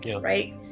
Right